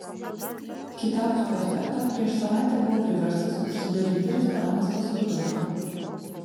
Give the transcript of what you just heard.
kitapus prospekto prieš savaitę buvo priverstas užsidaryti restoranas pas rudolfą